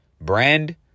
brand